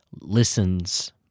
listens